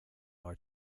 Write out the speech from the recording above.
our